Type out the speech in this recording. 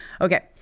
Okay